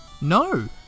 No